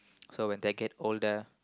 so when they get older